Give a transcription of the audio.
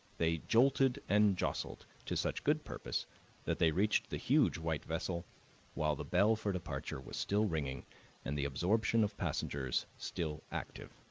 they jolted and jostled to such good purpose that they reached the huge white vessel while the bell for departure was still ringing and the absorption of passengers still active.